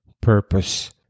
purpose